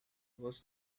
was